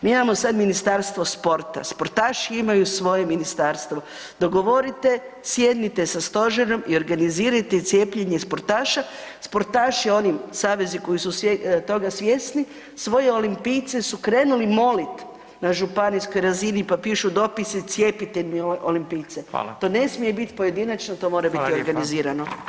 Mi imamo sad Ministarstvo sporta, sportaši imaju svoje ministarstvo, dogovorite sjednite sa stožerom i organizirajte cijepljenje sportaša, sportaša i oni savezi koji toga svjesni svoje olimpijce su krenuli molit na županijskoj razini pa pišu dopise, cijepite mi olimpijce [[Upadica: Hvala.]] to ne smije bit pojedinačno, to mora biti organizirano.